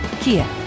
Kia